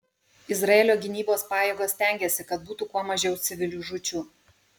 izraelio gynybos pajėgos stengiasi kad būtų kuo mažiau civilių žūčių